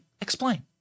explain